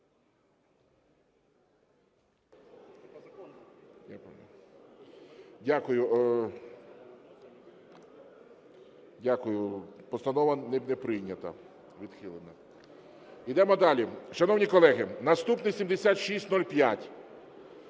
Дякую. Постанова не прийнята, відхилена. Йдемо далі. Шановні колеги, наступний 7605.